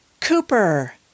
Cooper